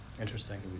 Interesting